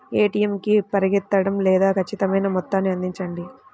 ATM కి పరిగెత్తడం లేదా ఖచ్చితమైన మొత్తాన్ని అందించడం